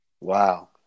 Wow